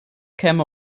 käme